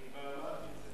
אני כבר אמרתי את זה.